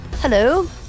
Hello